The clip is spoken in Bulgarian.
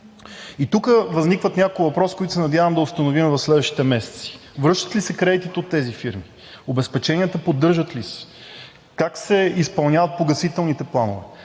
И тук възникват няколко въпроса, които се надявам да установим в следващите месеци – връщат ли се кредитите от тези фирми, обезпеченията поддържат ли се, как се изпълняват погасителните планове?